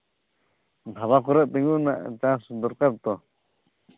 ᱫᱷᱟᱵᱟ ᱠᱚᱨᱮᱜ ᱛᱤᱸᱜᱩ ᱨᱮᱱᱟᱜ ᱪᱟᱱᱥ ᱫᱚᱨᱠᱟᱨ ᱛᱚ